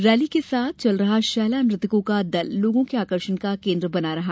rally के साथ चल रहा शैला नृतकों का दल लोगो के आकर्षण का केंद्र रहा